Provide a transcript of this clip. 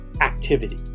activity